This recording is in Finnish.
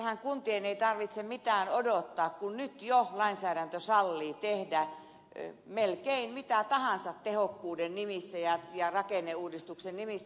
tässähän kuntien ei tarvitse mitään odottaa kun nyt jo lainsäädäntö sallii tehdä melkein mitä tahansa tehokkuuden nimissä ja rakenneuudistuksen nimissä